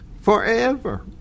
Forever